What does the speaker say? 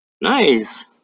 Nice